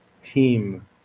team